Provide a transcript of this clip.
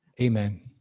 Amen